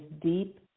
deep